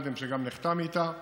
שנחתם איתה קודם,